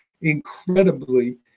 incredibly